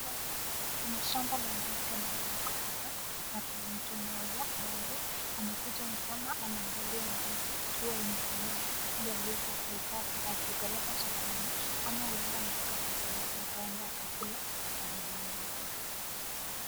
Kuna shamba la ndizi ambayo iko hapa na kuna mtu mmoja ambaye, amekuja ni kama anaangalia ndizi ikiwa imekomaa ili aweze akaikata akaipeleka sokoni ama huenda anataka kuipeleka akaende akakule na familia yake.